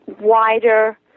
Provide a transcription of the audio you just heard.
wider